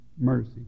Mercy